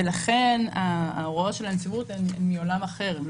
לכן ההוראות של הנציבות הן מעולם אחר והן